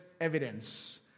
evidence